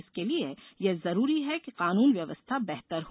इसके लिए ये जरूरी है कि कानून व्यवस्था बेहतर हो